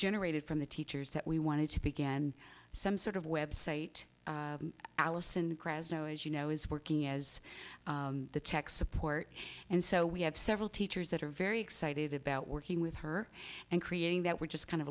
generated from the teachers that we wanted to begin and some sort of website allison graz now as you know is working as the tech support and so we have several teachers that are very excited about working with her and creating that we're just kind of